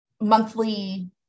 monthly